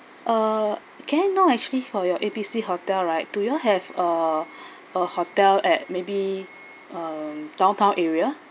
uh can I know actually for your A B C hotel right do you all have a a hotel at maybe um downtown area